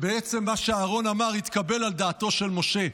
מה שאהרן אמר התקבל על דעתו של משה.